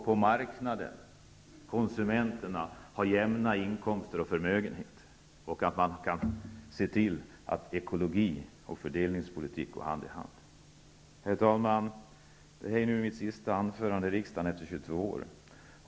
På marknaden måste konsumenterna ha jämna inkomster och förmögenheter. Ekologi och fördelningspolitik måste gå hand i hand. Herr talman! Detta är mitt sista anförande i riksdagen efter 22 år.